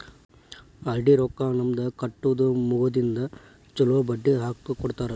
RD ರೊಕ್ಕಾ ನಮ್ದ ಕಟ್ಟುದ ಮುಗದಿಂದ ಚೊಲೋ ಬಡ್ಡಿ ಹಾಕ್ಕೊಡ್ತಾರ